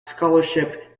scholarship